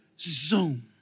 Zoom